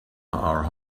are